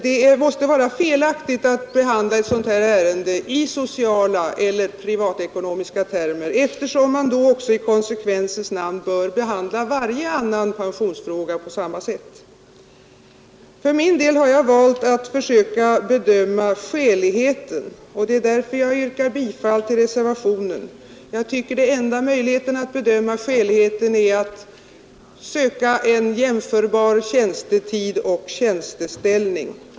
Det måste emellertid vara felaktigt att behandla ett sådant här ärende i sociala eller privatekonomiska termer, eftersom man då också i konsekvensens namn bör behandla varje annan pensionsfråga på samma sätt. För min del har jag valt att försöka bedöma skäligheten, och det är därför jag yrkar bifall till reservationen. Jag tycker att enda möjligheten att bedöma skäligheten är att söka en jämförbar tjänstetid och tjänsteställning.